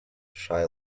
shy